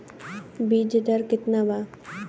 बीज दर केतना बा?